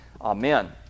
Amen